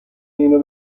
اینو